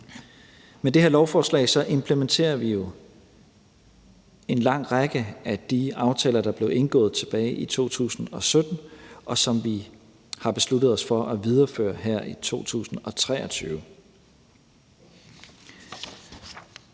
Med det her lovforslag implementerer vi jo en lang række af de aftaler, der blev indgået tilbage i 2017, og som vi har besluttet os for at videreføre her i 2023.